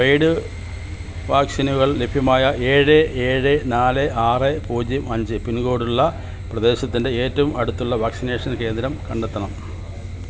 paid വാക്സിനുകൾ ലഭ്യമായ ഏഴ് ഏഴ് നാല് ആറ് പൂജ്യം അഞ്ച് പിൻകോഡുള്ള പ്രദേശത്തിൻ്റെ ഏറ്റവും അടുത്തുള്ള വാക്സിനേഷൻ കേന്ദ്രം കണ്ടെത്തണം